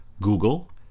google